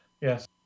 yes